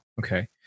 Okay